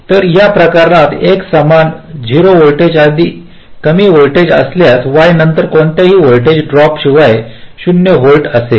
तर या प्रकरणात X समान 0 व्होल्ट अगदी कमी व्होल्टेज असल्यास Y नंतर कोणत्याही व्होल्टेज ड्रॉप शिवाय 0 व्होल्ट असेल